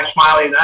Smiley